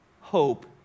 Hope